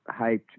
hyped